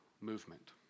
movement